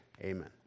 Amen